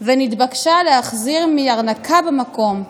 ונתבקשה להחזיר מארנקה במקום.